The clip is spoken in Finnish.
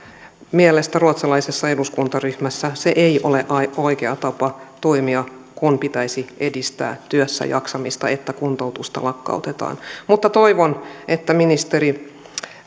mielestämme ruotsalaisessa eduskuntaryhmässä se ei ole oikea tapa toimia kun pitäisi edistää työssäjaksamista että kuntoutusta lakkautetaan mutta toivon että ministeri